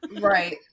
Right